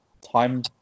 time